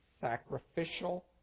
sacrificial